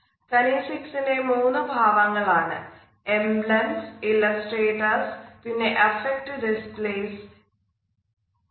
കനീസിക്സ്ന്റെ 3 ഭാവങ്ങൾ ആണ് emblems illustrators പിന്നെ അഫക്ട് ഡിസ്പ്ലെയ്സ്വികാര പ്രകടനം